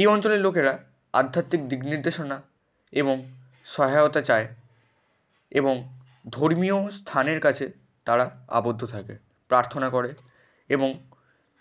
এই অঞ্চলের লোকেরা আধ্যাত্মিক দিক নির্দেশনা এবং সহায়তা চায় এবং ধর্মীয় স্থানের কাছে তারা আবদ্ধ থাকে প্রার্থনা করে এবং